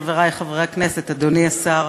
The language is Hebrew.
חברי חברי הכנסת, אדוני השר,